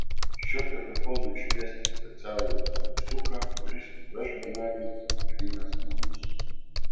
šiuo telefonu iškviesti specialų autobusiuką kuris nuveš benamį į nakvynės namus